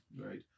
right